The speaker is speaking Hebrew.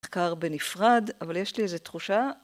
מחקר בנפרד, אבל יש לי איזו תחושה